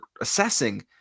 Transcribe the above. assessing